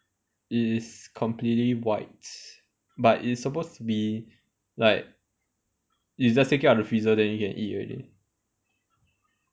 it is completely white but it's supposed to be like you just take it out of the freezer then you can eat already